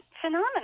phenomenal